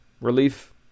relief